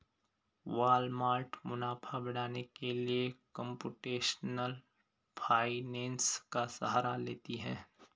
Walmart मुनाफा बढ़ाने के लिए कंप्यूटेशनल फाइनेंस का सहारा लेती है